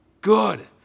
good